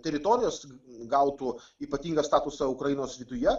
teritorijos gautų ypatingą statusą ukrainos viduje